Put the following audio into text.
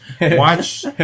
watch